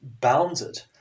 bounded